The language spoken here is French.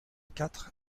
quatre